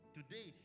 Today